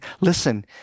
listen